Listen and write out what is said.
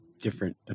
different